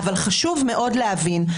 אבל חשוב מאוד להבין,